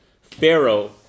Pharaoh